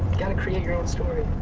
got to create your own story.